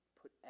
put